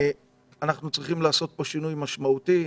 אנחנו צריכים לעשות פה שינוי משמעותי.